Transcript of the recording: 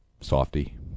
Softy